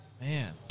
Man